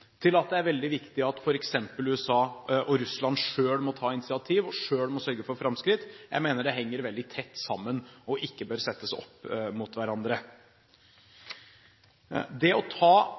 til at det er veldig viktig at f.eks. USA og Russland selv må ta initiativ og selv må sørge for framskritt. Jeg mener det henger veldig tett sammen og ikke bør settes opp mot hverandre. Det å ta